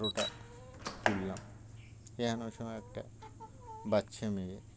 photo টা তুললাম এ এেন ও সময় একটা বাচ্চা মেয়ে